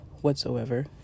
whatsoever